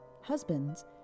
husbands